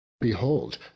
Behold